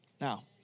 Now